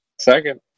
Second